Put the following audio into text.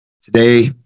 today